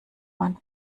man